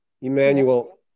Emmanuel